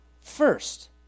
First